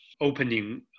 opening